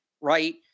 right